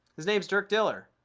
his name's dirk diller.